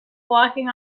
walking